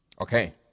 Okay